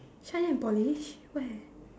shine and polish where